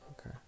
okay